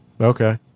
Okay